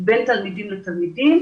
בין תלמידים לתלמידים,